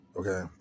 okay